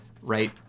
right